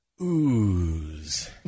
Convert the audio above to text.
Ooze